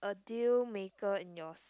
a deal maker in your s~